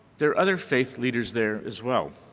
there are other faith leaders there as well.